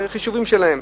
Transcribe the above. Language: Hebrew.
אלה חישובים שלהן.